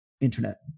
internet